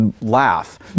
laugh